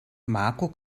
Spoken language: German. marco